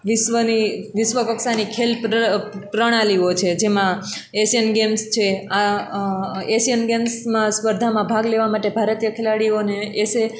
વિશ્વની વિશ્વ કક્ષાની ખેલ પ્રણા પ્રણાલીઓ છે જેમાં એશિયન ગેમ્સ છે આ એશિયન ગેમ્સમાં સ્પર્ધામાં ભાગ લેવા માટે ભારતીય ખેલાડીઓને એ સે